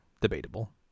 Debatable